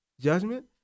judgment